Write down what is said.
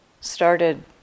started